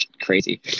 crazy